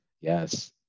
Yes